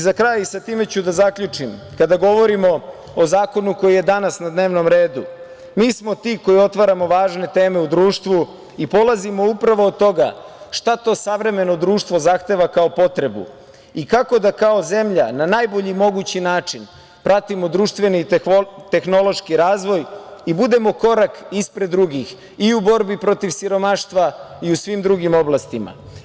Za kraj, time ću da zaključim, kada govorimo o zakonu koji je danas na dnevnom redu mi smo ti koji otvaramo važne teme u društvu i polazimo upravo od toga šta to savremeno društvo zahteva kao potrebu i kako da kao zemlja na najbolji mogući način pratimo društveni tehnološki razvoj i budemo korak ispred drugih i u borbi protiv siromaštva i u svim drugim oblastima.